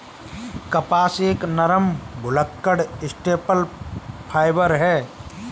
कपास एक नरम, भुलक्कड़ स्टेपल फाइबर है